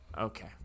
Okay